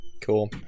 Cool